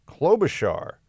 Klobuchar